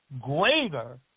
greater